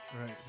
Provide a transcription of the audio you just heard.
Right